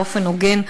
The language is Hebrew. באופן הוגן,